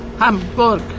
Hamburg